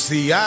See